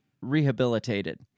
rehabilitated